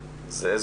הבולטים.